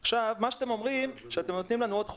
מה שאתם אומרים, שאתם נותנים לנו עוד חודש.